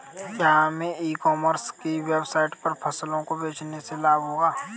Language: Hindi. क्या हमें ई कॉमर्स की वेबसाइट पर फसलों को बेचने से लाभ होगा?